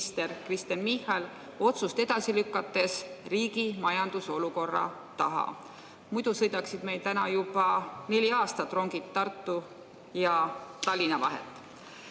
Kristen Michal otsust edasi lükates riigi majandusliku olukorra taha. Muidu sõidaksid meil täna juba neli aastat rongid Tartu ja Tallinna vahet